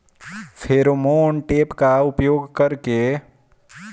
Pheromone trap का उपयोग कर के?